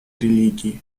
религии